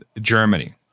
Germany